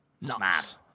nuts